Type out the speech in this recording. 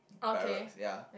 barracks ya